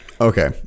Okay